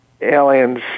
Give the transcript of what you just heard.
aliens